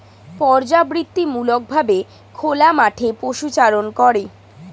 পর্যাবৃত্তিমূলক ভাবে খোলা মাঠে পশুচারণ করে